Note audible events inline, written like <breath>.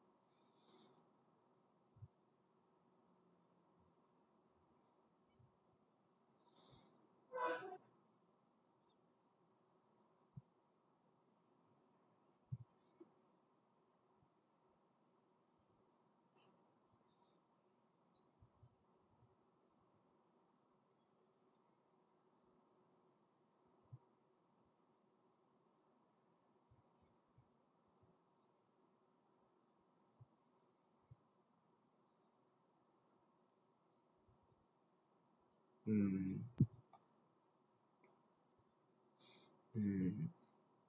<noise> mm <noise> <breath> mm